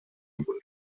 wurden